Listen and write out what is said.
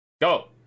Go